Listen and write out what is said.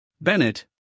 Bennett